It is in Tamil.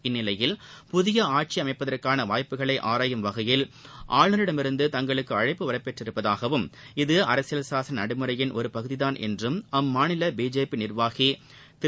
இந்நிலையில் புதிய ஆட்சி அமைப்பதற்கான வாய்ப்புகளை ஆராயும் வகையில் ஆளுநரிடமிருந்து தங்களுக்கு அழைப்பு வரப்பெற்றள்ளதாகவும் இது அரசியல் சாசன நடைமுறையின் ஒருபகுதிதான் என்றும் அம்மாநில பிஜேபி நிர்வாகி திரு